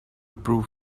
prove